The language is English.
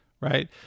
right